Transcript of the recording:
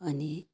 अनि